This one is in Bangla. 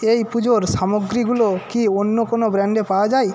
এই পুজোর সামগ্রীগুলো কি অন্য কোনো ব্র্যান্ডে পাওয়া যায়